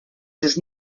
does